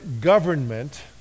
government